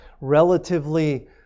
relatively